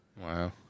Wow